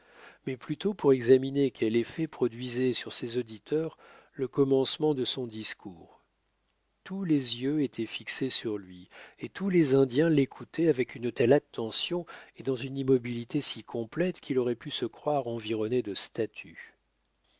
mais plutôt pour examiner quel effet produisait sur ses auditeurs le commencement de son discours tous les yeux étaient fixés sur lui et tous les indiens l'écoutaient avec une telle attention et dans une immobilité si complète qu'il aurait pu se croire environné de statues